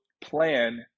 plan